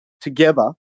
together